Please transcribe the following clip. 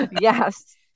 Yes